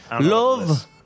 love